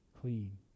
clean